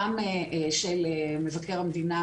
גם של מבקר המדינה,